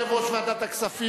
יושב-ראש ועדת הכספים,